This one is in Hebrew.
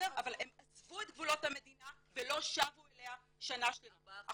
אבל הם עזבו את גבולות המדינה ולא שבו אליה שנה שלמה.